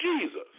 Jesus